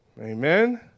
Amen